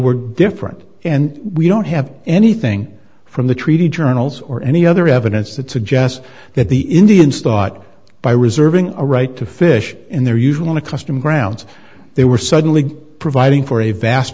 were different and we don't have anything from the treaty journals or any other evidence that suggests that the indians thought by reserving a right to fish in their usual the custom grounds they were suddenly providing for a vast